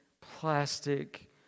plastic